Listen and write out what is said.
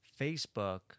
Facebook